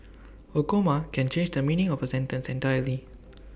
A comma can change the meaning of A sentence entirely